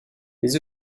les